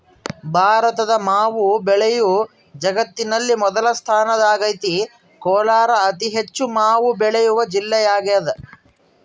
ಭಾರತದ ಮಾವು ಬೆಳೆಯು ಜಗತ್ತಿನಲ್ಲಿ ಮೊದಲ ಸ್ಥಾನದಾಗೈತೆ ಕೋಲಾರ ಅತಿಹೆಚ್ಚು ಮಾವು ಬೆಳೆವ ಜಿಲ್ಲೆಯಾಗದ